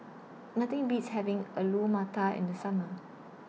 Nothing Beats having Alu Matar in The Summer